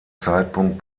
zeitpunkt